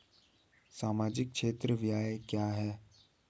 सामाजिक क्षेत्र व्यय क्या है?